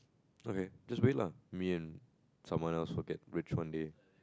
okay just wait lah me and someone else will get rich one day